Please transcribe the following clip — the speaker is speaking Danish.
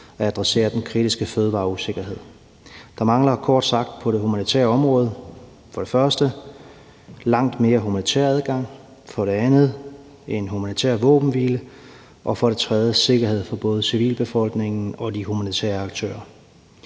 at adressere den kritiske fødevareusikkerhed. Der mangler, kort sagt, på det humanitære område for det første langt mere humanitær adgang, for det andet en humanitær våbenhvile og for det tredje sikkerhed for både civilbefolkningen og de humanitære aktører.